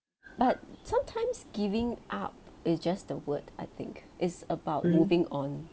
but sometimes giving up it's just the word I think it's about moving on